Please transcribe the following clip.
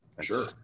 sure